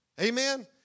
amen